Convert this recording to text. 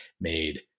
made